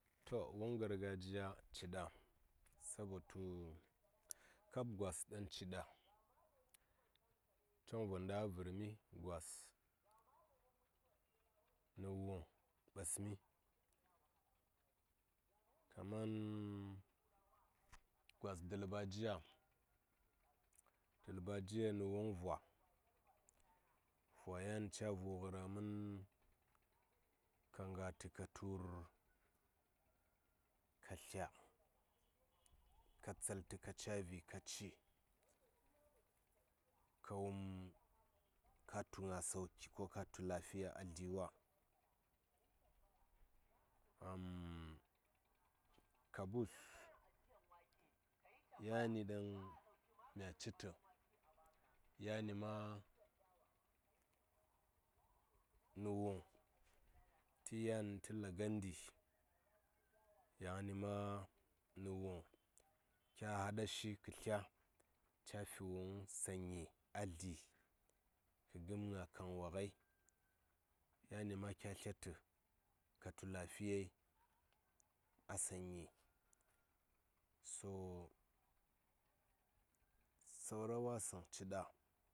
To wuŋ GarGajiya ci ɗa sabo tu kab gwas ɗaŋ ci ɗa choŋvon ɗaŋ a vərmi gwas nə wuŋ ɓasmi kaman gwas dulbajiya, dulbajiya nə wuŋ vwa vwa yan ca vu ngə rah mən ka nga tə ka tur ka tlya ka tsal tə ka ca vi ka ci ka wum ka tu nga saki ko ka tu lafiya a dli wa, kabus yani ɗaŋ mya ci tə yani ma nə wuŋ tə yan tə lagandi yani ma nə wuŋ kya haɗa shi kə tlya ca fi wuŋ san nyi a dli kə gəm nga kaŋwa ngai yanima kya tlya tə ka tu lafiyai a san nyi so saura wasəŋ ci ɗa.